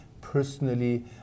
personally